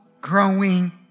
growing